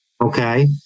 Okay